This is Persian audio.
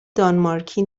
دانمارکی